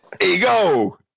Ego